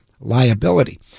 liability